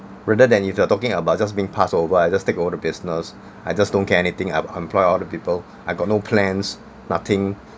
rather than if you are talking about just being passed over I just take over the business I just don't care anything I've employed all the people I got no plans nothing